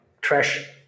trash